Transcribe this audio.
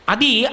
Adi